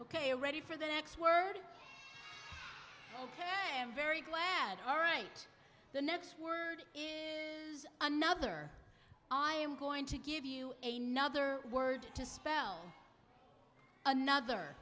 ok ready for the next word ok i am very glad all right the next word is another i am going to give you a nother word to spell another